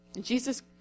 Jesus